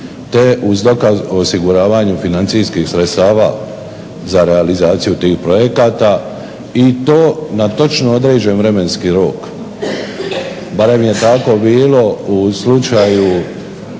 te uz dokaz o osiguravanju financijskih sredstava za realizaciju tih projekata i to na točno određen vremenski rok. Barem je tako bilo u slučaju